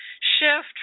shift